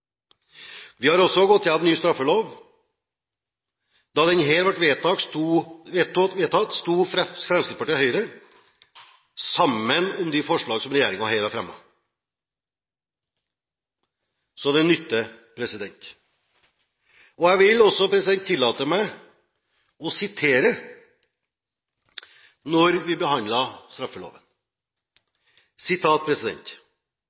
Vi har også fått en ny straffelov. Da denne ble vedtatt, sto Fremskrittspartiet og Høyre sammen om de forslag som regjeringen nå har fremmet. Så det nytter. Jeg vil tillate meg å sitere fra Innst. O. nr. 73 for 2008–2009, der vi